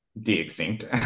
de-extinct